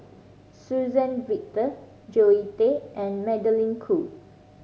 Suzann Victor Zoe Tay and Magdalene Khoo